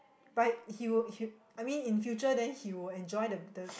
but he will he I mean in future then he will enjoy the the